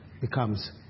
becomes